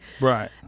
Right